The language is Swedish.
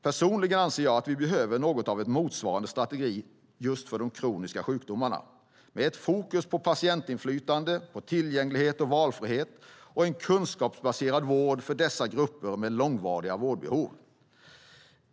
Personligen anser jag att vi behöver en motsvarande strategi för kroniska sjukdomar med fokus på patientinflytande, tillgänglighet och valfrihet samt en kunskapsbaserad vård för dessa grupper med långvariga vårdbehov.